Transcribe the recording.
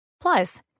Plus